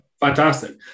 fantastic